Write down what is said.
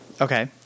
okay